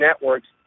networks